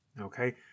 Okay